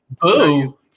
boo